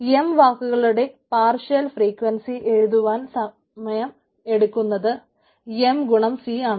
M വാക്കുകളുടെ partial frequency എഴുതുവാൻ എടുക്കുന്ന സമയം എം ഗുണം സി ആണ്